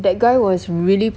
that guy was really